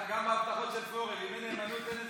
גם בהבטחות של פורר: אם אין נאמנות אין אזרחות.